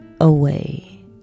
away